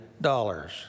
dollars